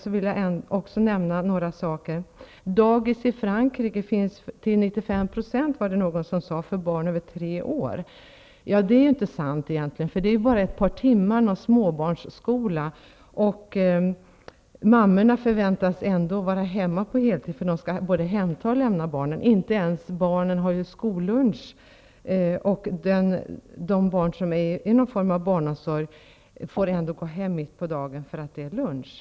Det var någon som sade att det i Frankrike finns dagis för 95 % av barnen över tre år. Det är egentligen inte sant. Det är bara en småbarnsskola ett par timmar om dagen, och mammorna förväntas ändå vara hemma på heltid -- de skall både hämta och lämna barnen. Skolbarnen har ju inte ens skollunch, och de barn som är i någon form av barnomsorg får ändå gå hem mitt på dagen för att det är lunch.